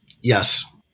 Yes